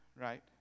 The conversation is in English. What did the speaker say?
right